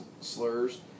slurs